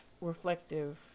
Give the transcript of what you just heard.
reflective